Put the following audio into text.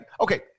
okay